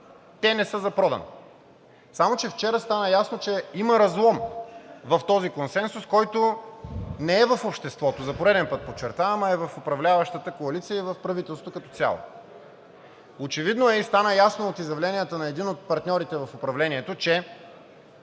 Те не са за продан. Само че вчера стана ясно, че има разлом в този консенсус, който не е в обществото, за пореден път подчертавам, а е в управляващата коалиция и в правителството като цяло. Очевидно е и стана ясно от изявленията на един от партньорите в управлението, че